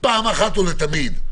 פעם אחת ולתמיד.